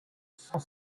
cent